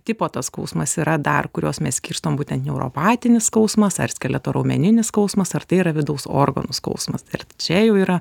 tipo tas skausmas yra dar kuriuos mes skirstom būtent neuropatinis skausmas ar skeleto raumeninis skausmas ar tai yra vidaus organų skausmas ir čia jau yra